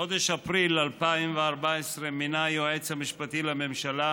בחודש אפריל 2014 מינה היועץ המשפטי לממשלה